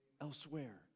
elsewhere